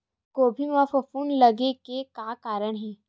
गोभी म फफूंद लगे के का कारण हे?